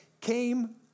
came